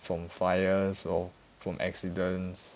from fires or from accidents